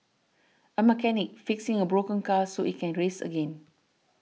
a mechanic fixing a broken car so it can race again